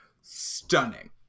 stunning